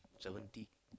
seventy